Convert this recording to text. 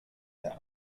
der